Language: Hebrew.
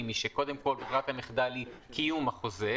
היא שקודם כול ברירת המחדל היא קיום החוזה,